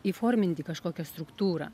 įformint į kažkokią struktūrą